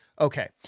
Okay